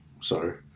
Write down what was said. sorry